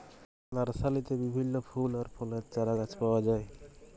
লার্সারিতে বিভিল্য ফুল আর ফলের চারাগাছ পাওয়া যায়